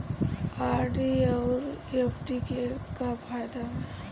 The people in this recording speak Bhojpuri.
आर.डी आउर एफ.डी के का फायदा बा?